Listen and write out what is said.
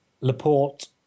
Laporte